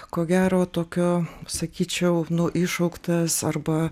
ko gero tokio sakyčiau nu iššauktas arba